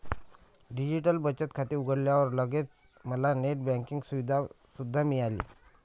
digital बचत खाते उघडल्यावर लगेच मला नेट बँकिंग सुविधा सुद्धा मिळाली